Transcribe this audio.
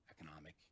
economic